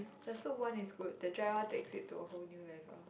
the soup one is good the dry one takes it to a whole new level